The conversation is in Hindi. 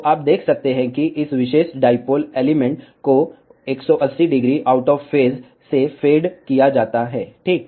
तो आप देख सकते हैं कि इस विशेष डाईपोल एलिमेंट को 1800 आउट ऑफ फेस से फेड किया जाता है ठीक